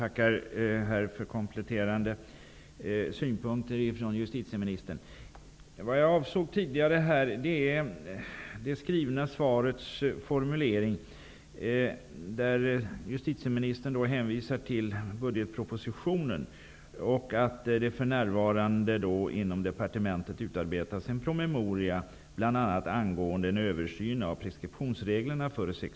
Herr talman! Jag tackar justitieministern för de kompletterande synpunkterna. Jag avsåg tidigare det skrivna svarets formulering. Justitieministern hänvisar till budgetpropositionen och säger att det för närvarande inom departementet utarbetas en promemoria, bl.a. angående en översyn av preskriptionsreglerna för sexualbrott.